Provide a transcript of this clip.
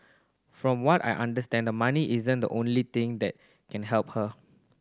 from what I understand money isn't the only thing that can help her